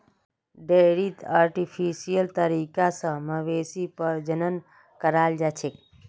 डेयरीत आर्टिफिशियल तरीका स मवेशी प्रजनन कराल जाछेक